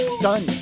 Done